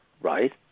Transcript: right